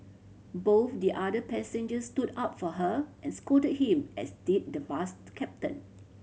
both the other passengers stood up for her and scolded him as did the bus captain